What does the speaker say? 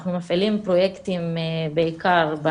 אנחנו מפעילים פרויקטים בעיקר,